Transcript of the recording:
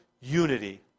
unity